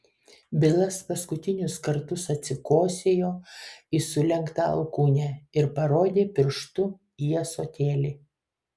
bilas paskutinius kartus atsikosėjo į sulenktą alkūnę ir parodė pirštu į ąsotėlį